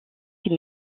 qui